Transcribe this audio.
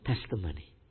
testimony